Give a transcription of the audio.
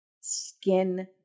skin